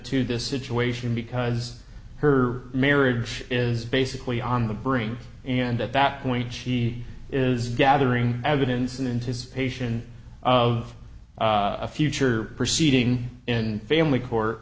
to this situation because her marriage is basically on the brink and at that point she is gathering evidence in and his patient of a future proceeding in family court